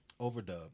overdub